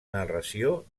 narració